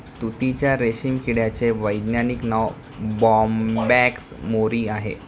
तुतीच्या रेशीम किड्याचे वैज्ञानिक नाव बोंबॅक्स मोरी आहे